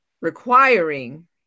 requiring